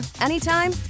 anytime